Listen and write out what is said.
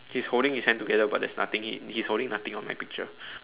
he's holding his hand together but there's nothing in he is holding nothing in my picture